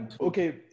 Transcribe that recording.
Okay